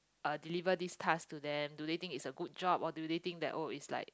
uh deliver this task to them do they think it's a good job or do they think that oh it's like